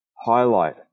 Highlight